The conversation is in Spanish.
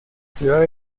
ciudad